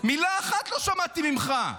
מילה אחת לא שמעתי ממך.